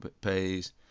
pays